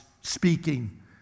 speaking